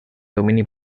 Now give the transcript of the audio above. domini